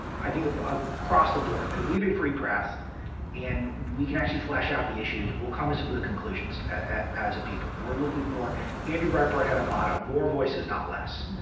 i think across the board, that if we have a free press and we can actually flesh out the issues, we'll come to some good conclusions as a people. we're looking for andrew breitbart had a motto, more voices, not less,